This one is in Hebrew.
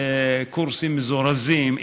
קורסים מזורזים,